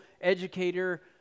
educator